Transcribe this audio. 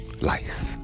Life